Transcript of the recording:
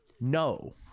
no